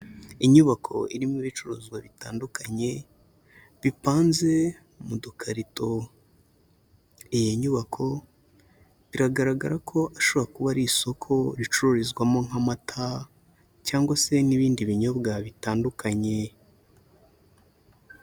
Inyubako irimo ibicuruzwa bitandukanye, bipanze mu dukarito, iyi nyubako biragaragara ko ashobora kuba ari isoko ricururizwamo nk'amata cyangwa se n'ibindi binyobwa bitandukanye.